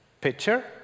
picture